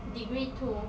degree too